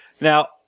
Now